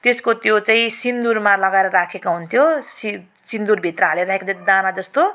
त्यसको त्यो चाहिँ सिन्दुरमा लगाएर राखेको हुन्थ्यो सि सिन्दुर भित्र हालेर एक्जेक्ट दाना जस्तो